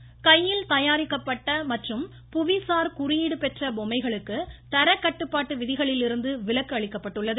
பொம்மை கையால் தயாரிக்கப்பட்ட மற்றும் புவிசார் குறியீடு பெற்ற பொம்மைகளுக்கு தரக்கட்டுப்பாட்டு விதிகளிலிருந்து விலக்கு அளிக்கப்பட்டுள்ளது